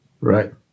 Right